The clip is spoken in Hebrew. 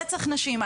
רצח נשים,